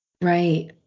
Right